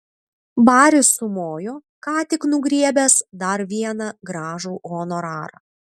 baris sumojo ką tik nugriebęs dar vieną gražų honorarą